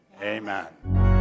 Amen